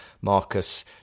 marcus